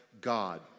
God